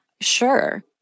Sure